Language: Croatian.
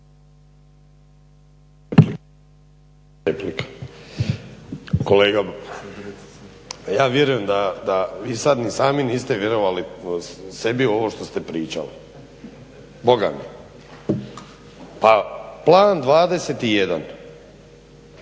Kolega, pa ja vjerujem da vi sad ni sami niste vjerovali sebi ovo što ste pričali, boga mi. A Plan 21